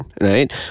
right